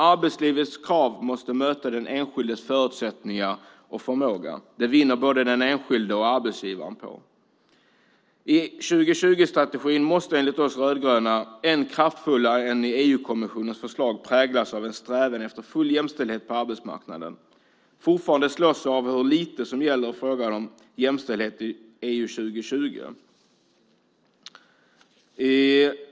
Arbetslivets krav måste möta den enskildes förutsättningar och förmåga. Det vinner både den enskilde och arbetsgivaren på. EU 2020-strategin måste enligt oss rödgröna ännu kraftfullare än i EU-kommissionens förslag präglas av en strävan efter full jämställdhet på arbetsmarknaden. Fortfarande slås vi av hur lite i EU 2020 som gäller frågan om jämställdhet.